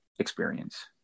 experience